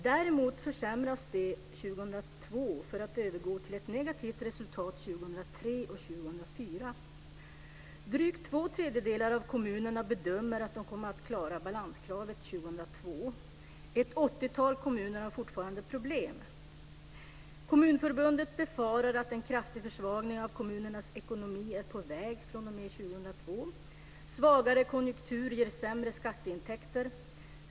Däremot försämras resultatet år 2002, för att åren 2003 och 2004 bli negativt. Drygt två tredjedelar av kommunerna bedömer att de kommer att klara balanskravet år 2002. Ett åttiotal kommuner har fortfarande problem. Kommunförbundet befarar att en kraftig försvagning av kommunernas ekonomi är på väg fr.o.m. år 2002. En svagare konjunktur ger sämre skatteintäkter.